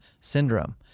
syndrome